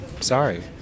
Sorry